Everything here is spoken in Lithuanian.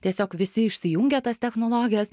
tiesiog visi išsijungia tas technologijas